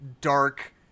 dark